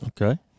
Okay